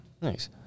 Nice